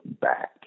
back